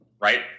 right